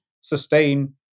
sustain